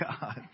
God